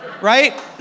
right